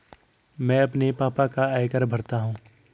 मैं अपने पापा का आयकर भरता हूं